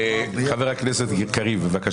חבר הכנסת קריב, אנא המשך.